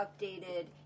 updated